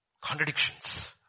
Contradictions